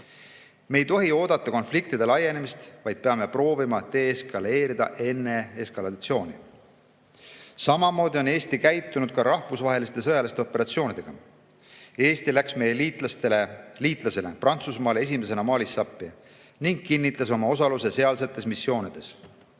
Me ei tohi oodata konfliktide laienemist, vaid peame proovima deeskaleerida enne eskalatsiooni. Samamoodi on Eesti käitunud rahvusvaheliste sõjaliste operatsioonidega. Eesti läks meie liitlasele Prantsusmaale esimesena Malisse appi ning kinnitas oma osaluse sealsetes missioonides.